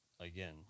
again